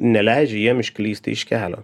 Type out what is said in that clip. neleidžia jiem išklysti iš kelio